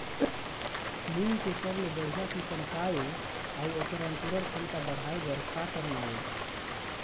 मूंग के सबले बढ़िया किस्म का ये अऊ ओकर अंकुरण क्षमता बढ़ाये बर का करना ये?